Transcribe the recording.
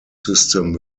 system